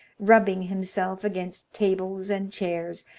rubbing himself against tables and chairs,